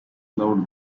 loved